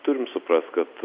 turim suprast kad